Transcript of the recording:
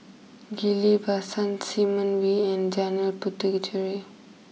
Ghillie Basan Simon Wee and Jalan Puthucheary